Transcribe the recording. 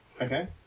Okay